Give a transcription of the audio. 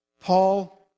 Paul